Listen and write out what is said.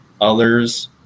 others